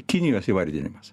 kinijos įvardinimas